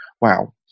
wow